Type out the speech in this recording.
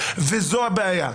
וזו הבעיה,